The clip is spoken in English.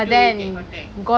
to get contacts